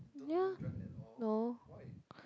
yeah no